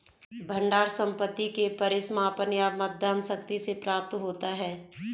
भंडार संपत्ति के परिसमापन या मतदान शक्ति से प्राप्त होता है